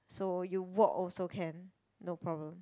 so you walk also can no problem